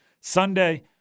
Sunday